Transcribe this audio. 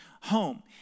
home